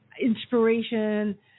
inspiration